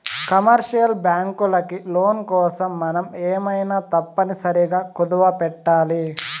commercial బ్యాంకులకి loan కోసం మనం ఏమైనా తప్పనిసరిగా కుదవపెట్టాలి